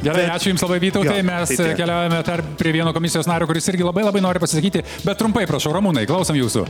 gerai ačiū jums labai vytautai mes keliaujame dar prie vieno komisijos nario kuris irgi labai labai nori pasisakyti bet trumpai prašau ramūnai klausom jūsų